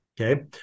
Okay